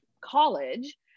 college